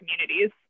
communities